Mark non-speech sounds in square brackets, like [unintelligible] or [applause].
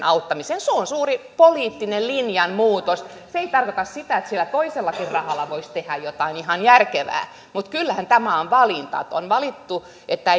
[unintelligible] auttamiseen se on suuri poliittinen linjanmuutos se ei tarkoita sitä etteikö sillä toisellakin rahalla voisi tehdä jotain ihan järkevää mutta kyllähän tämä on valinta että on valittu että [unintelligible]